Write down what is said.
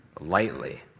lightly